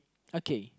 okay